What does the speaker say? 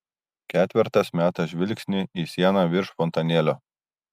ketvertas meta žvilgsnį į sieną virš fontanėlio